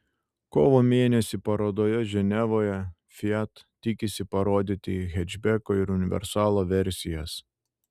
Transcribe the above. kovo mėnesį parodoje ženevoje fiat tikisi parodyti hečbeko ir universalo versijas